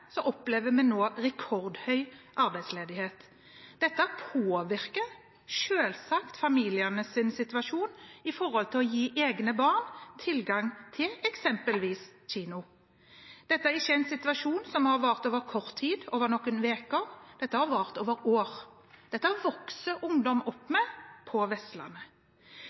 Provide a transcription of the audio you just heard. opplever vi nå rekordhøy arbeidsledighet. Dette påvirker selvsagt familienes situasjon med hensyn til å gi egne barn tilgang til eksempelvis kino. Dette er ikke en situasjon som har vart over kort tid, over noen uker – dette har vart over år. Dette vokser ungdom på Vestlandet opp med.